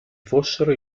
fossero